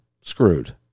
screwed